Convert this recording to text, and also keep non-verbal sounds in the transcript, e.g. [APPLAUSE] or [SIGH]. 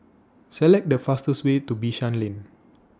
[NOISE] Select The fastest Way to Bishan Lane